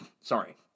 Sorry